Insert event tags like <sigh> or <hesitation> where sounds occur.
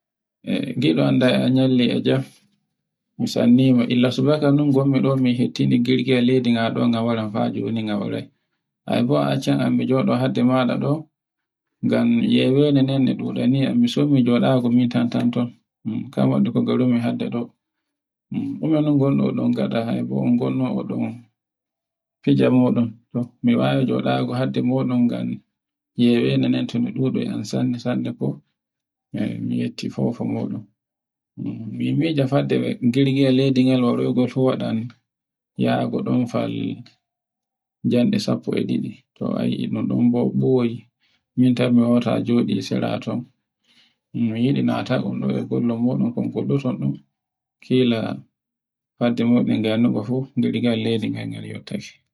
E giɗon a nyalli e jam, <noise> mi sanni ma illasuka non ngonmi ɗo hetinin girgiwal leydi haa ɗo ngawara haa joni nga warai. Ai bo a accan mi joɗo hadde maɗa ɗo? Ngam yewende nden de ɗe ɗuɗani yam, mi somi joɗande min tantan. Kawadi ko ngarumi hannde ɗo, ɗume ɗun wano ngaɗa haibo on gonno on fija moɗom, to mi wawai joɗonde hadde moɗon ngam yewende nden to ɗuɗi sanne-sanne <hesitation> mi yetti fofa moɗon mi mija girgiwal leydi waraaygol fu waɗan yago fu fal jamɗe sappo e ɗiɗi. <noise> to a yii ɗun ɗon bo boyi mintan mi wawata joɗi saraton mi yiɗi natol hadde moɗon kila kan girgiwal leydi ngan yottake.